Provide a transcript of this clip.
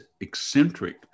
eccentric